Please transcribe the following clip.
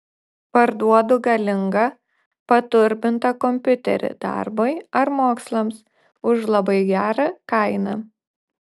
parduodu galingą paturbintą kompiuterį darbui ar mokslams už labai gerą kainą